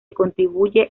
contribuye